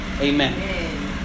Amen